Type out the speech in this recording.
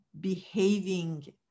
behaving